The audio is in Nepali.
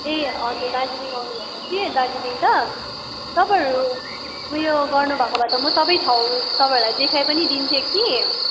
ए हजुर दार्जिलिङ आउनु भएको कि दार्जिलिङ त तपाईँहरू उयो गर्नु भएको भए त म सब ठाउँ तपाईँलाई देखाइ पनि दिने थिएँ कि